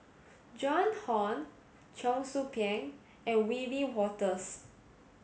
Joan Hon Cheong Soo Pieng and Wiebe Wolters